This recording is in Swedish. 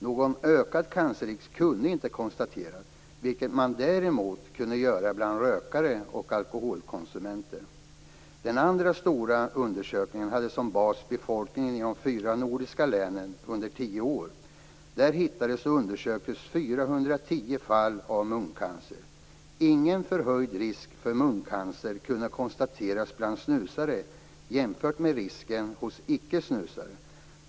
Någon ökad cancerrisk kunde inte konstateras, vilket man däremot kunde göra bland rökare och alkoholkonsumenter. Den andra stora undersökningen hade som bas befolkningen i de fyra nordliga länen under tio år. Där hittades och undersöktes 410 fall av muncancer. Ingen förhöjd risk för muncancer kunde konstateras bland snusare jämfört med risken hos ickesnusare.